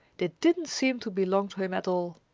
they didn't seem to belong to him at all!